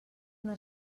una